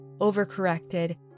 overcorrected